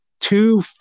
two